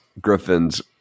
Griffin's